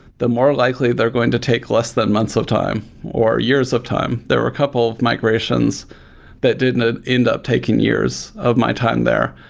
the more likely they're going to take less than months of time, or years of time. there were a couple of migrations that did and ah end up taking years of my time there,